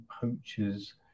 poachers